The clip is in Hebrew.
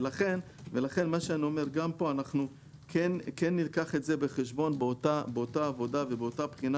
ולכן אנחנו כן נלקח את זה בחשבון באותה עבודה ובאותה הבחינה